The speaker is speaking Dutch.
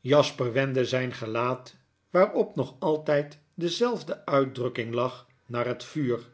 jasper wendde zijn gelaat waarop nog altijd dezelfde uitdrukking lag naar het vuur